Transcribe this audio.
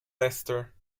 leicester